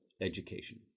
education